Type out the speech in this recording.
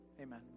amen